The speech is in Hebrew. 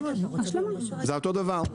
זה אותו דבר.